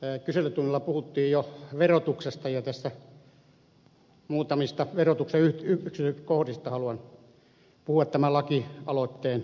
kyselytunnilla puhuttiin jo verotuksesta ja muutamista verotuksen yksityiskohdista haluan puhua tämän lakialoitteen yhteydessä